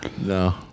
No